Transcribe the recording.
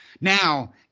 Now